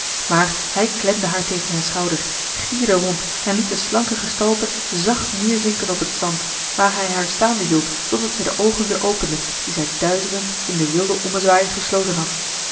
maar hij klemde haar tegen zijn schouder gierde rond en liet de slanke gestalte zacht neerzinken op het zand waar hij haar staande hield totdat zij de oogen weer opende die zij duizelend in den wilden ommezwaai gesloten had